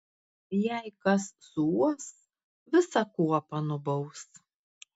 jei kas suuos visą kuopą nubaus